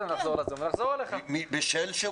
אז אני כאן כדי להיות קול המשך למה שרציתי